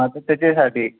ते त्याच्यासाठी